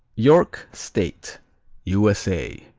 york state u s a.